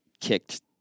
kicked